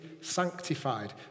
sanctified